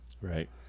Right